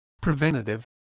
preventative